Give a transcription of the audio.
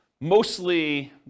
mostly